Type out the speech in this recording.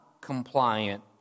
compliant